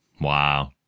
Wow